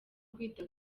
kwita